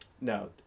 No